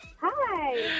Hi